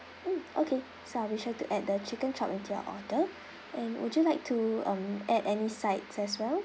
mm okay so I'll be sure to add the chicken chop into your order and would you like to um add any sides as well